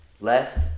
Left